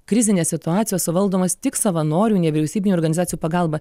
krizinės situacijos suvaldomos tik savanorių nevyriausybinių organizacijų pagalba